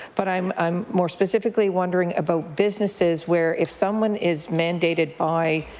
but i'm i'm more specifically wondering about businesses where if someone is mandated by